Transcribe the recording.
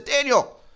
daniel